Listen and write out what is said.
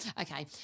Okay